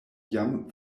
jam